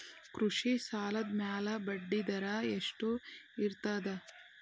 ಕೃಷಿ ಸಾಲದ ಮ್ಯಾಲೆ ಬಡ್ಡಿದರಾ ಎಷ್ಟ ಇರ್ತದ?